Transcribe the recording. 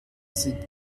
sind